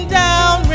down